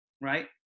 right